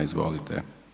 Izvolite.